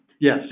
Yes